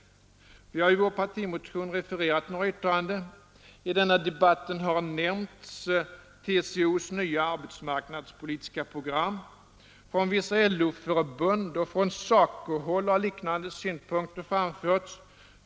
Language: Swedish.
Vi har i vår partimotion refererat några yttranden. I denna debatt har nämnts TCO:s nya arbetsmarknadspolitiska program. Från vissa LO-förbund och från SACO-håll har liknande synpunkter framförts.